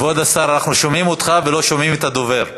כבוד השר, אנחנו שומעים אותך ולא שומעים את הדובר.